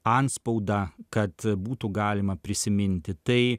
antspaudą kad būtų galima prisiminti tai